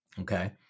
Okay